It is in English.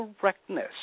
correctness